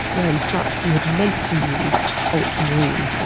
where in fact he had meant to use ultramarine,